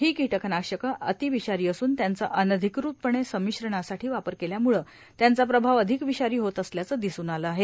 ही कीटकनाशके अति विषारी असून त्यांचा अनधिकृतपणे संमिश्रणासाठी वापर केल्याम्ळे त्यांचा प्रभाव अधिक विषारी होत असल्याचं दिसून आले आहे